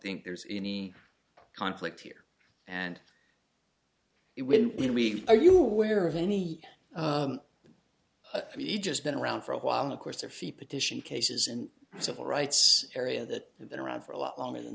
think there's any conflict here and if we are you aware of any we just been around for a while of course their fee petition cases and civil rights area that have been around for a lot longer than